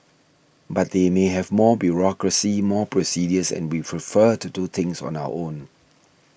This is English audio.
but they may have more bureaucracy more procedures and we prefer to do things on our own